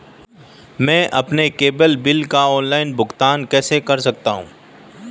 मैं अपने cable bill का ऑनलाइन भुगतान कैसे कर सकता हूं?